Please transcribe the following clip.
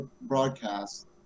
broadcast